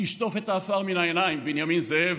"תשטוף את העפר מן העיניים, בנימין זאב",